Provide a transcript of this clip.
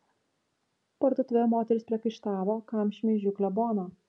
parduotuvėje moterys priekaištavo kam šmeižiu kleboną